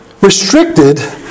restricted